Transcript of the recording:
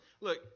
Look